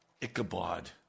Ichabod